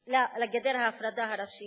לגדר ההפרדה הראשית.